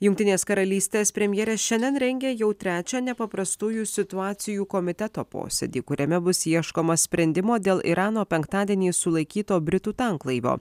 jungtinės karalystės premjerė šiandien rengia jau trečią nepaprastųjų situacijų komiteto posėdį kuriame bus ieškoma sprendimo dėl irano penktadienį sulaikyto britų tanklaivio